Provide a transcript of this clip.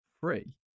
free